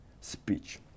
speech